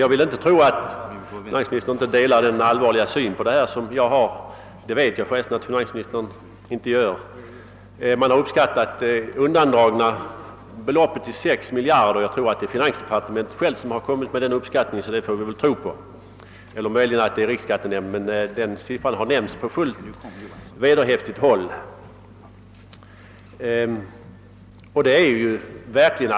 Jag vill inte tro att finansministern inte delar den allvarliga syn på detta problem som jag har — jag vet förresten att finansministern gör det. Det undandragna skattebeloppet har uppskattats till sex miljarder. Det är finansdepartementet självt eller möjligen riksskattenämnden som gjort den uppskattningen; siffran har i alla händelser nämnts på fullt vederhäftigt håll, och vi får väl tro på den.